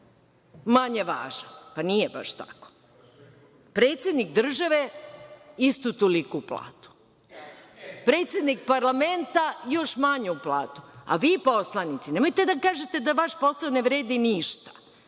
manje važan. Pa, nije baš tako. Predsednik države istu toliku platu. Predsednik parlamenta još manju platu, a vi poslanici nemojte da kažete da vaš posao ne vredi ništa.